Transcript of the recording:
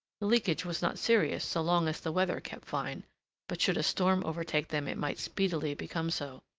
the leakage was not serious so long as the weather kept fine but should a storm overtake them it might speedily become so.